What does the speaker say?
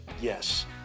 yes